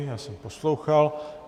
Já jsem poslouchal.